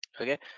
Okay